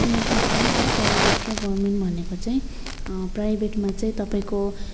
किनकि यस्तो हो नि त प्राइभेट र गभर्मेन्ट भनेको चाहिँ प्राइभेटमा चाहिँ तपाईँको